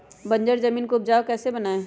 बंजर जमीन को उपजाऊ कैसे बनाय?